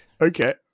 Okay